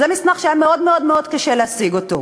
זה מסמך שהיה מאוד מאוד מאוד קשה להשיג אותו.